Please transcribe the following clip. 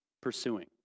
pursuing